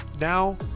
Now